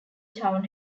town